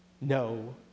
no